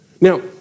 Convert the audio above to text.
Now